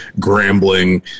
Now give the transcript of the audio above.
Grambling